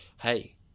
hey